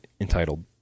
entitled